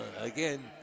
again